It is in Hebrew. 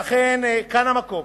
ואכן, כאן המקום